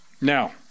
Now